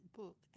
book